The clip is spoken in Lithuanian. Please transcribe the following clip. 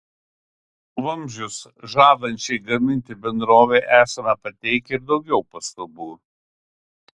vamzdžius žadančiai gaminti bendrovei esame pateikę ir daugiau pastabų